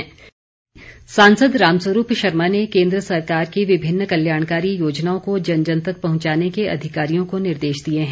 राम स्वरूप सांसद राम स्वरूप शर्मा ने केन्द्र सरकार की विभिन्न कल्याणकारी योजनाओं को जन जन तक पहुंचाने के अधिकारियों को निर्देश दिए हैं